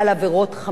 עבירות מין,